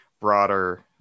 broader